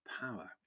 power